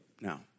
now